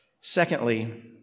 Secondly